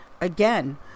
again